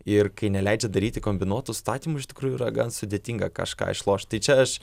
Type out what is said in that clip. ir kai neleidžia daryti kombinuotų statymų iš tikrųjų yra gan sudėtinga kažką išlošt tai čia aš